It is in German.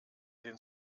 den